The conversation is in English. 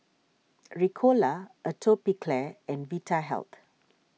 Ricola Atopiclair and Vitahealth